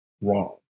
wrong